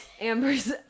Amber's